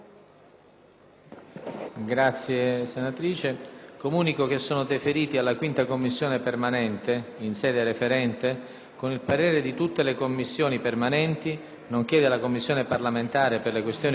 finestra"). Comunico che sono deferiti alla 5a Commissione permanente, in sede referente, con il parere di tutte le Commissioni permanenti, nonché della Commissione parlamentare per le questioni regionali,